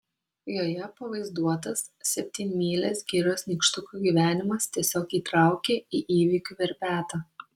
joje pavaizduotas septynmylės girios nykštukų gyvenimas tiesiog įtraukė į įvykių verpetą